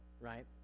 right